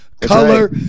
color